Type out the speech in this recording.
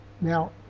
Now